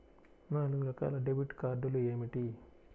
నాలుగు రకాల డెబిట్ కార్డులు ఏమిటి?